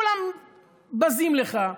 כולם בזים לך.